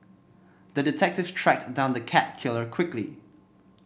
the detective tracked down the cat killer quickly